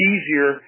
Easier